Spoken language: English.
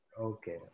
Okay